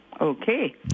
Okay